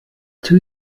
two